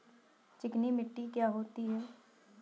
चिकनी मिट्टी क्या होती है?